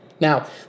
Now